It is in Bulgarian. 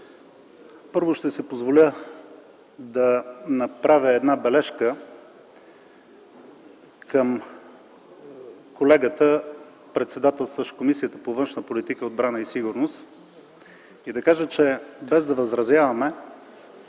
Първо, ще си позволя да направя една бележка към колегата, председателстващ Комисията по външна политика и отбрана, и да кажа, че без да възразяваме,